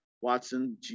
Watson